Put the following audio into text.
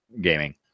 Gaming